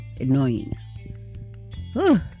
annoying